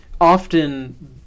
often